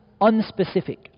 unspecific